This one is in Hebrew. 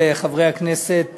של חברי הכנסת